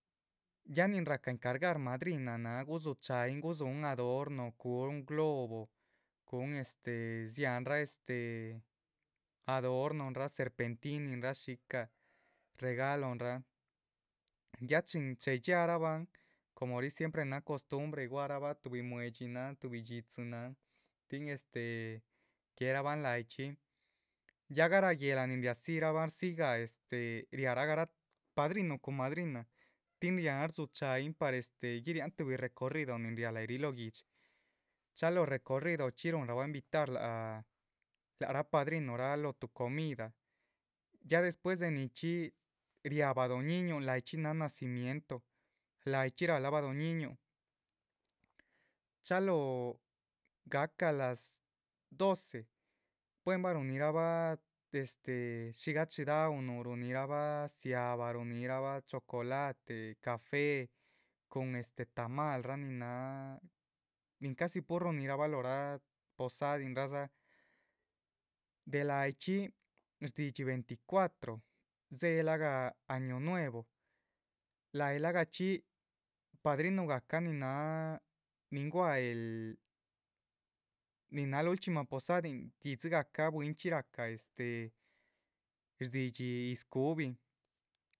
Ya nin rahca encargar madrina náh gudzúhu cha´yin gudzúhun adorno, cun globo cúhun este dziáhanraa este adornonraa, cerpentininraa, shíca regalogonraa, ya chin chéhe. dxiáharaban, como ríh siempre náha costumbre guáhrabah tuhbi muedxínan tuhbi dxídzinnan tin este guéherabahan láhyichxi ya garáh guéhla nin riazírabahn rzíyigah. este riarah garatí padrinu cun madrina tin riáhan rdzuchayín par este guiriahan tuhbi recorrido nin riáha lahyi ríh lóho guidhxi chalóho recorridochxi. ruhunrabah invitar lác ha lác rah padrino lac rah lóho tuh comida ya despues de nichxí riáha bado´h ñíñuhun, láhachxi náha nacimiento, láhachxi rá láah bado´h ñiñúhun. chalóho gahca las doce buen bah ruhuninrabah este shí gachidaunuh ruhunirabah nzia´ba, ruhunirabah chocolate café, cun este tamal rah nin náha nin casi puhur ruhunirabah. lohora posadindza, de lahayichxí shdidxí veinticuatro dzéhelagah año nuevo, lahi lagachxí padrinuh gahca nin náha ni guáha el nin náha lulchxímah posadin yídzi gahca. bwínchxi rahca este shdidxí yíz cu´bi